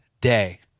day